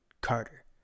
Carter